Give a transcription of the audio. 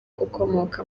ukomoka